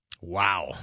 Wow